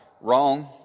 Wrong